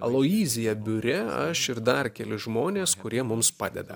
aloyzie biure aš ir dar keli žmonės kurie mums padeda